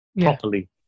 properly